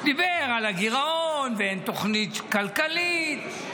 דיבר על הגירעון, ואין תוכנית כלכלית.